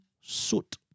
soot